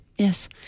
Yes